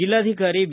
ಜಿಲ್ಲಾಧಿಕಾರಿ ವಿ